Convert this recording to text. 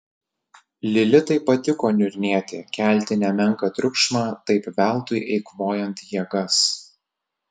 lilitai patiko niurnėti kelti nemenką triukšmą taip veltui eikvojant jėgas